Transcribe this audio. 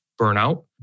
burnout